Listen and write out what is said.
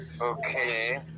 Okay